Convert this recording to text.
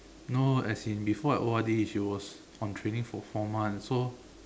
no as in before I O_R_D she was on training for four months so